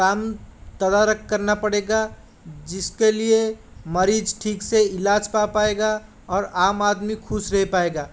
काम कलर करना पड़ेगा जिस के लिए मरीज़ ठीक से इलाज कर पाएगा और आम आदमी ख़ुश रह पाएगा